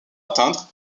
atteindre